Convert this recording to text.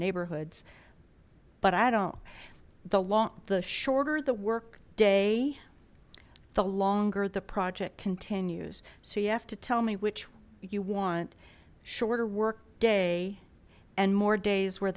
neighborhoods but i don't the lot the shorter the work day the longer the project continues so you have to tell me which you want shorter work day and more days where